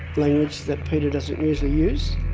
language that peter doesn't usually use.